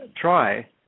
try